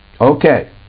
Okay